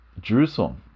Jerusalem